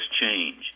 change